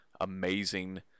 amazing